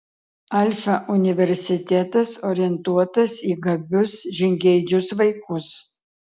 alfa universitetas orientuotas į gabius žingeidžius vaikus